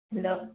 hello